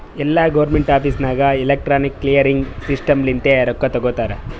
ಎಲ್ಲಾ government office ನಾಗ್ electronic clearing system ಲಿಂತೆ ರೊಕ್ಕಾ ತೊಗೋತಾರ